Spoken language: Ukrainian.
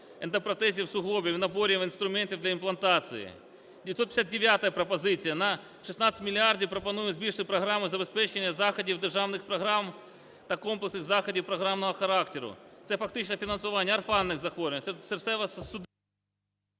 ендопротезів суглобів і наборів інструментів для імплантації. 957 пропозиція: на 16 мільярдів пропонує збільшити програму забезпечення заходів державних програм та комплексних заходів програмного характеру. Це фактично фінансування орфанних захворювань, серцево-судинних…